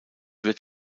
wird